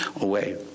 away